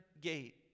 gate